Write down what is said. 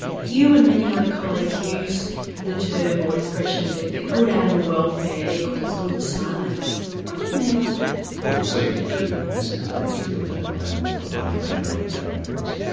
you and many other colleagues use the term or expression that good animal welfare equals good science. what do you mean by that? well we certainly do. this is in particular around providing pain relief for animals.